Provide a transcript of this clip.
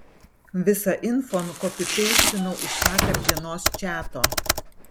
visą info nukopipeistinau iš vakar dienos čato